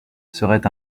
serait